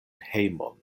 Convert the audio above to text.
hejmon